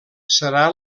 serà